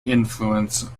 influence